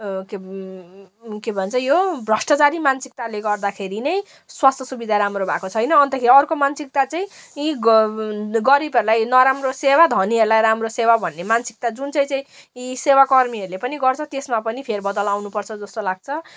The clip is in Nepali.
के के भन्छ यो भ्रष्टचारी मान्सिकताले गर्दाखेरि नै स्वास्थ्य सुविधा राम्रो भएको छैन अन्त अर्को मान्सिकता चाहिँ यी ग गरिबहर्लाई नराम्रो सेवा धनीहरूलाई राम्रो सेवा भन्ने मान्सिकता जुन चाहिँ चाहिँ यी सेवाकर्मीहरूले पनि गर्छ त्यसमा पनि फेरबदल आउनु पर्छ जस्तो लाग्छ र